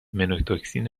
مِنوتوکسین